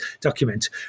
document